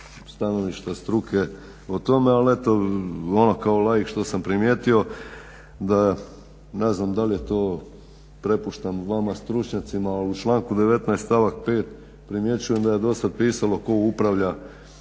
stanovišta struke o tome, ali eto ono kao laik što sam primijetio da, ne znam da li ja to prepuštam vama stručnjacima ali u članku 19. stavak 5. primječujem da je do sad pisalo tko upravlja službom.